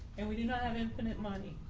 and we do not have infinite money.